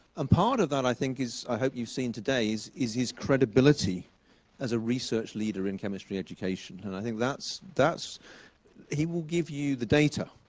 and part of that, i think, is i hope you've seen today is is his credibility as a research leader in chemistry education. and i think that's that's he will give you the data,